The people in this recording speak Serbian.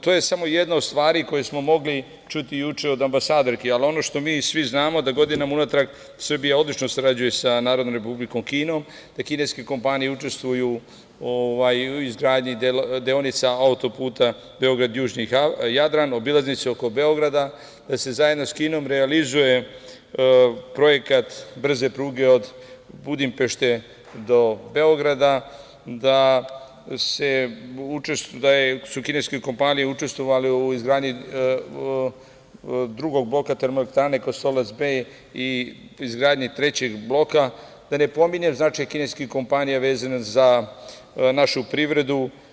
To je samo jedna od stvari koju smo mogli čuti juče od ambasadorke, ali ono što mi svi znamo da godinama unatrag Srbija odlično sarađuje sa Narodnom Republikom Kinom, da kineske kompanije učestvuju i u izgradnji deonica auto-puta Beograd-Južni Jadran, obilaznice oko Beograda, da se zajedno sa Kinom realizuje projekat brze pruge od Budimpešte do Beograda, da su u kineskoj kompaniji učestvovali u izgradnji drugog bloka termoelektrane Kostolac B i izgradnji trećeg bloka, da ne pominjem značaj kineskih kompanija vezano za našu privredu.